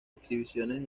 exhibiciones